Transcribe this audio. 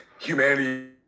Humanity